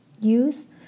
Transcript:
use